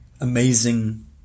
amazing